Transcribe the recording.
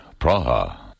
Praha